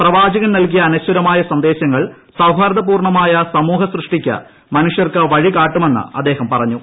പ്രവാചകൻ നൽകിയ അനശ്വരമായ സന്ദേശങ്ങൾ സൌഹാർദ്ദപൂർണ്ണമായ സമൂഹസൃഷ്ടിക്ക് മനുഷ്യർക്ക് വഴികാട്ടുമെന്ന് അദ്ദേഹം പറഞ്ഞു